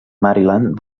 maryland